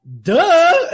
duh